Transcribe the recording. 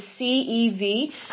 CEV